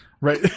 Right